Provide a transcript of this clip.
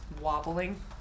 wobbling